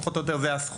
פחות או יותר זה הסכום